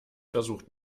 versucht